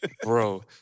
bro